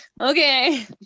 okay